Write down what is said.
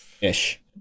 ish